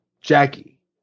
Jackie